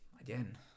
again